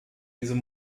diesem